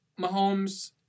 Mahomes